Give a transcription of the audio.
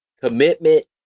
commitment